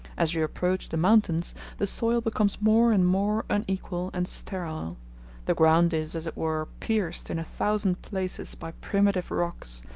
as you approach the mountains the soil becomes more and more unequal and sterile the ground is, as it were, pierced in a thousand places by primitive rocks,